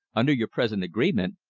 under your present agreement,